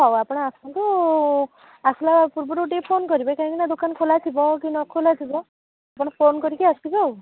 ହଉ ଆପଣ ଆସନ୍ତୁ ଆସିଲା ପୂର୍ବରୁ ଟିକେ ଫୋନ୍ କରିବେ କାହିଁକି ନା ଦୋକାନ ଖୋଲା ଥିବ କି ନ ଖୋଲା ଥିବ ମୋତେ ଫୋନ୍ କରି ଆସିବେ ଆଉ